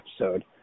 episode